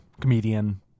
comedian